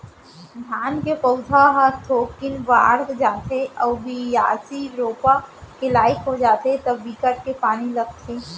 धान के पउधा ह थोकिन बाड़ जाथे अउ बियासी, रोपा के लाइक हो जाथे त बिकट के पानी लगथे